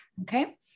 Okay